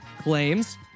claims